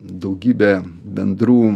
daugybę bendrų